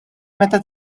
meta